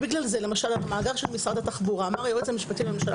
בגלל זה למשל במאגר של משרד התחבורה אמר היועץ המשפטי לממשלה